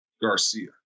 Garcia